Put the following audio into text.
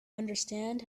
understand